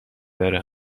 داره